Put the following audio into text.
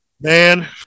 man